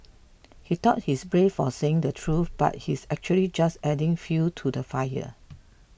he thought he's brave for saying the truth but he's actually just adding fuel to the fire